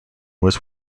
was